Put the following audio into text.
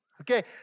Okay